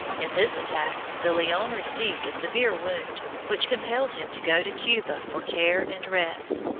in this attack de leon received a severe wound, which compelled him to go to cuba for care and rest.